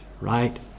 right